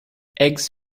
eggs